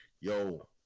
Yo